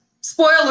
Spoiler